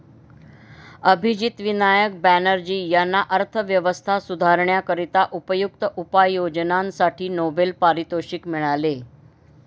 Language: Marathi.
अभिजित विनायक बॅनर्जी यांना अर्थव्यवस्था सुधारण्याकरिता उपयुक्त उपाययोजनांसाठी नोबेल पारितोषिक मिळाले